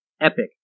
Epic